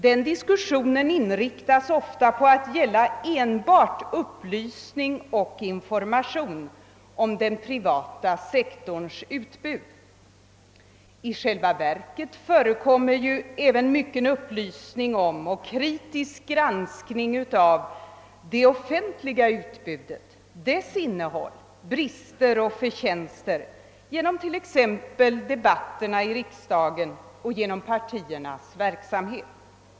Den diskussionen inriktas ofta på att gälla enbart upplysning och information om den privata sektorns utbud. I själva verket förekommer ju även mycken upplysning om och kritisk granskning av det offentliga utbudet, dess innehåll, brister och förtjänster, t.ex. genom debatterna i riksdagen och genom partiernas verksamhet.